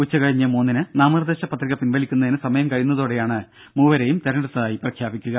ഉച്ചകഴിഞ്ഞ് മൂന്നിന് നാമനിർദ്ദേശ പത്രിക പിൻവലിക്കുന്നതിന് സമയം കഴിയുന്നതോടെയാണ് മൂവരെയും തെരഞ്ഞെടുത്തായി പ്രഖ്യാപിക്കുക